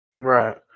Right